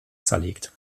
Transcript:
zerlegt